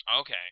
Okay